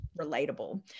relatable